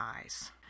eyes